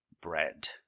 bread